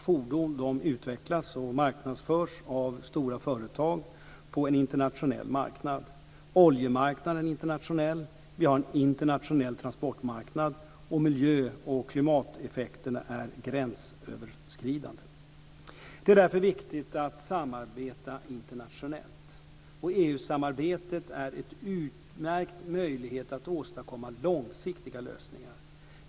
Fordon utvecklas och marknadsförs av stora företag på en internationell marknad, oljemarknaden är internationell, vi har en internationell transportmarknad och miljö och klimateffekterna är gränsöverskridande. Det är därför viktigt att samarbeta internationellt. EU-samarbetet är en utmärkt möjlighet att åstadkomma långsiktiga lösningar.